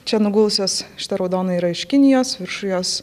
čia nugulusios šita raudona yra iš kinijos virš jos